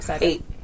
Eight